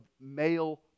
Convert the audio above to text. male